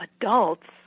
adults